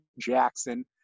Jackson